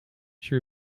she